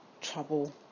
trouble